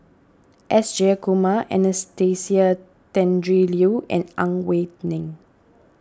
S Jayakumar Anastasia Tjendri Liew and Ang Wei Neng